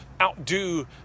outdo